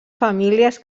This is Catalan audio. famílies